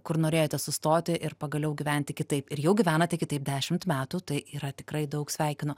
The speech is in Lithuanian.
kur norėjote sustoti ir pagaliau gyventi kitaip ir jau gyvenate kitaip dešimt metų tai yra tikrai daug sveikinu